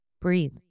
Breathe